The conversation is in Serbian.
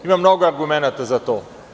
Ima mnogo argumenata za to.